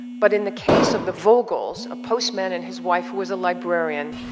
but in the case of the vogel's, a post man and his wife who was a librarian,